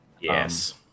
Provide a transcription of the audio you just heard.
Yes